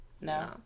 No